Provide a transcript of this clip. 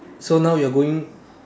so now you're going